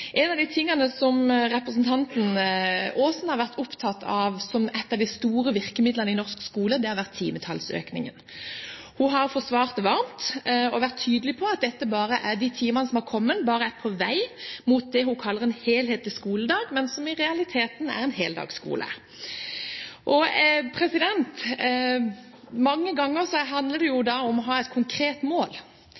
En av de tingene som representanten Aasen har vært opptatt av som et av de store virkemidlene i norsk skole, har vært timetallsøkningen. Hun har forsvart det varmt og vært tydelig på at de timene som er kommet, bare er på veien til det hun kaller en helhetlig skoledag, men som i realiteten er en heldagsskole. Mange ganger handler det